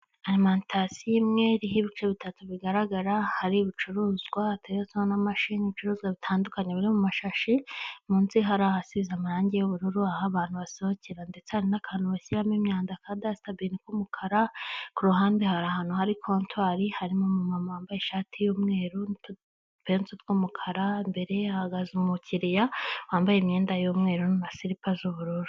Alimatasiyo imwe iriho ibice bitatu bigaragara, hari ibicuruzwa hateretweho n'imashini, ibicuruzwa bitandukanye biri mu mashashi, munsi hari ahasize amarangi y'ubururu aho abantu basohokera, ndetse hari n'ahantu bashyiramo imyanda ka dasitsbini k'umukara, ku ruhande hari ahantu hari kontwari harimo umumana wambaye ishati y'umweru, n'utpenso tw'umukara, imbere hagaze umukiriya, wambaye imyenda y'umweru na silipa z'ubururu.